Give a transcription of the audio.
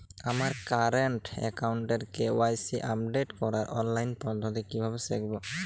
আমার কারেন্ট অ্যাকাউন্টের KYC update করার অনলাইন পদ্ধতি কীভাবে শিখব?